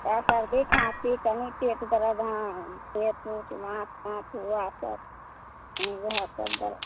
हॅं सर्दी खाँसी कनी पेट दरद हाँ पेट उट मे दरद रहै तब ने